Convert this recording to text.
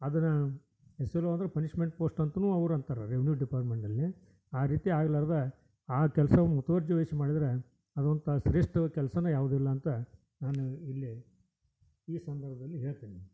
ಆದ್ರಾ S L O ಅಂದರೆ punishment post ಅಂತಾನೂ ಅವ್ರು ಅಂತಾರೆ ರೆವೆನ್ಯೂ ಡೆಪಾರ್ಟ್ಮೆಂಟಲ್ಲಿ ಆ ರೀತಿ ಆಗಲಾರ್ದ ಆ ಕೆಲಸ ಮುತುವರ್ಜಿವಹಿಸಿ ಮಾಡಿದ್ರೆ ಅದ್ರಂಥ ಶ್ರೇಷ್ಟವಾದ ಕೆಲ್ಸವೇ ಯಾವುದೂ ಇಲ್ಲ ಅಂತ ನಾನು ಇಲ್ಲಿ ಈ ಸಂದರ್ಭದಲ್ಲಿ ಹೇಳ್ತೀನಿ